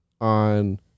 on